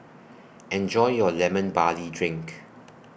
Enjoy your Lemon Barley Drink